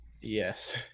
Yes